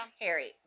Harry